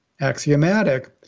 axiomatic